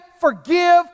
forgive